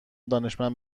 دانشمند